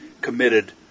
committed